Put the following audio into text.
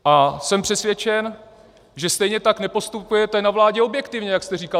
A jsem přesvědčen, že stejně tak nepostupujete na vládě objektivně, jak jste říkal.